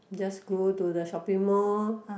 just go to the shopping mall